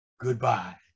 Goodbye